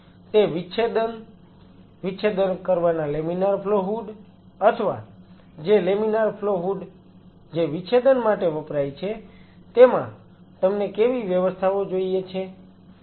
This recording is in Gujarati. તે વિચ્છેદન વિચ્છેદન કરવાના લેમિનાર ફ્લો હૂડ અથવા જે લેમિનાર ફ્લો હૂડ જે વિચ્છેદન માટે વપરાય છે તેમાં તમને કેવી વ્યવસ્થાઓ જોઈએ છે